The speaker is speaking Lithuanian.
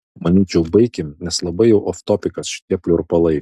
manyčiau baikim nes labai jau oftopikas šitie pliurpalai